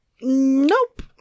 Nope